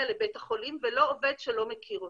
לבית החולים ולא עובד שלא מכיר אותם.